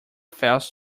fails